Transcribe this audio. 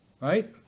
Right